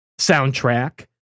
soundtrack